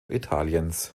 italiens